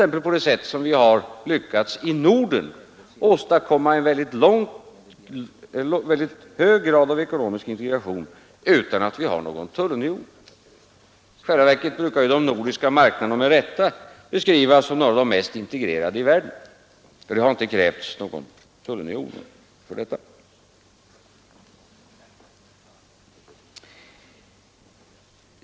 Vi har t.ex. i Norden lyckats åstadkomma en mycket hög grad av ekonomisk integration utan att vi har någon tullunion. I själva verket brukar de nordiska marknaderna med rätta beskrivas som några av de mest integrerade i världen, och för detta har inte krävts någon tullunion.